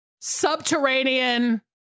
Subterranean